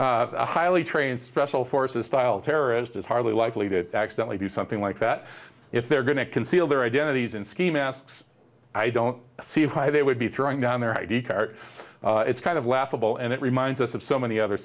a highly trained special forces style terrorist is hardly likely to accidentally do something like that if they're going to conceal their identities and ski masks i don't see why they would be throwing down their id card it's kind of laughable and it reminds us of so many other